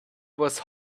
was